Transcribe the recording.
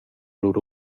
lur